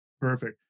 Perfect